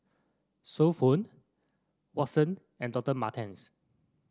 So Pho Watsons and Doctor Martens